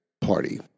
Party